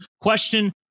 question